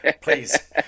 please